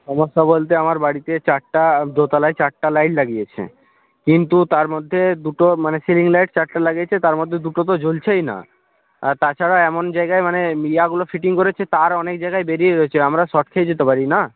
সমস্যা বলতে আমার বাড়িতে চারটে দোতলায় চারটে লাইট লাগিয়েছে কিন্তু তার মধ্যে দুটো মানে সিলিং লাইট চারটে লাগিয়েছে তার মধ্যে দুটো তো জ্বলছেই না আর তাছাড়া এমন জায়গায় মানে ইয়েগুলো ফিটিং করেছে তার অনেক জায়গায় বেরিয়ে রয়েছে আমরা শক খেয়ে যেতে পারি না